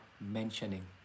mentioning